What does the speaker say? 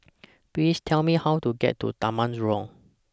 Please Tell Me How to get to Taman Jurong